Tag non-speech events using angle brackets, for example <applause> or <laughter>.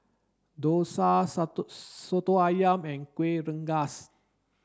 Dosa <unintelligible> Soto Ayam and Kueh Rengas